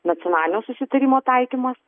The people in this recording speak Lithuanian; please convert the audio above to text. nacionalinio susitarimo taikymas